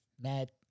mad